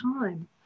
time